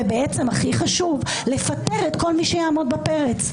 ובעצם הכי חשוב לפטר את כל מי שיעמוד בפרץ,